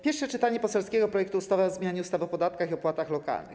Pierwsze czytanie poselskiego projektu ustawy o zmianie ustawy o podatkach i opłatach lokalnych.